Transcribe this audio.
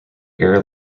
air